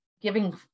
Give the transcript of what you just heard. giving